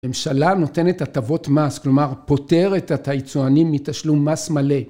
הממשלה נותנת הטבות מס, כלומר פוטרת את הייצואנים מתשלום מס מלא.